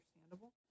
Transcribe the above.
understandable